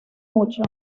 mucho